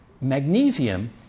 Magnesium